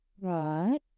Right